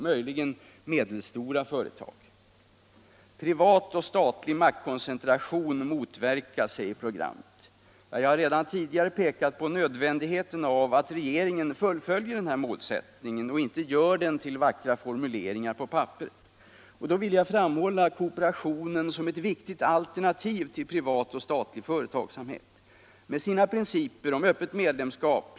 möjligen medelstora företag. Privat och statlig maktkoncentration motverkas, säger programmet. Jag har redan tidigare pekat på nödvändigheten av att regeringen fullföljer denna målsättning och inte gör den till vackra formuleringar på papperet. Här vill jag framhålla kooperationen som ett viktigt alternativ till privat och statlig företagsamhet. Med sina principer om öppet medlemskap.